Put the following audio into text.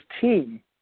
team